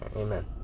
Amen